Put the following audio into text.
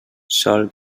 sol